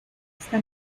esta